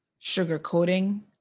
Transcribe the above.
sugarcoating